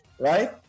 Right